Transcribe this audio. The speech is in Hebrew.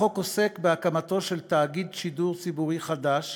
החוק עוסק בהקמתו של תאגיד שידור ציבורי חדש